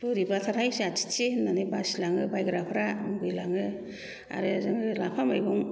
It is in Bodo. बोरैबाथारहाय जाथि थि होननानै बासिलाङो बायग्राफ्रा मुगैलांयो आरो जोङो लाफा मैगं